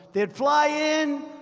they'd fly in,